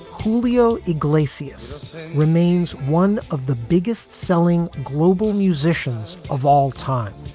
julio iglesias remains one of the biggest selling global musicians of all time.